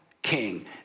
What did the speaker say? King